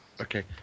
Okay